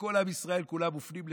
וכל עם ישראל כולם מופנים לשם,